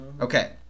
Okay